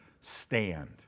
stand